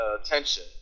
attention